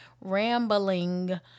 rambling